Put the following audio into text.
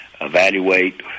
evaluate